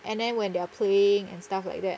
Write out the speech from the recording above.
and then when they're playing and stuff like that